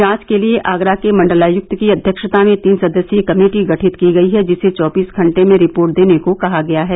जांच के लिये आगरा के मण्डलायुक्त की अध्यक्षता में तीन सदस्यीय कमेटी गठित की गयी है जिसे चौबीस घंटे में रिपोर्ट देने को कहा गया है